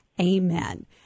amen